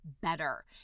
better